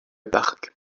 parc